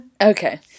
Okay